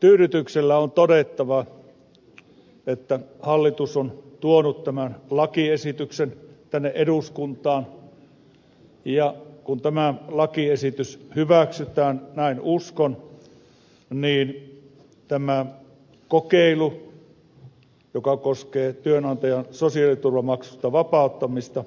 tyydytyksellä on todettava että hallitus on tuonut tämän lakiesityksen tänne eduskuntaan ja kun tämä lakiesitys hyväksytään näin uskon niin tämä kokeilu joka koskee työnantajan sosiaaliturvamaksusta vapauttamista